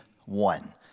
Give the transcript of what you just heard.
one